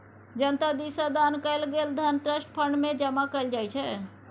जनता दिस सँ दान कएल गेल धन ट्रस्ट फंड मे जमा कएल जाइ छै